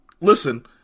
Listen